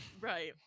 right